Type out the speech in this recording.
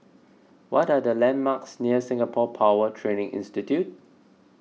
what are the landmarks near Singapore Power Training Institute